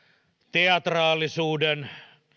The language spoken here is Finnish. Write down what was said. teatraalisuuden